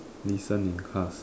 listen in class